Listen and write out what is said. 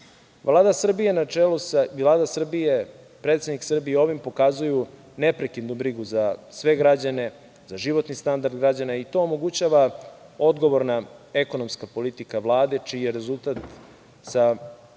Srbije na čelu sa predsednikom Srbije i ovim pokazuju neprekidnu brigu za sve građane, za životni standard građana i to omogućava odgovorna ekonomska politika Vlade čiji rezultat su